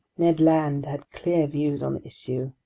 ned land had clear views on the issue.